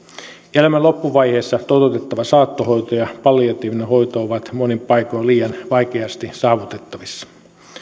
elämän loppuvaiheessa toteutettava saattohoito ja palliatiivinen hoito ovat monin paikoin liian vaikeasti saavutettavissa